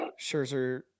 Scherzer